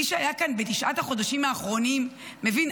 מי שהיה כאן בתשעת החודשים האחרונים מבין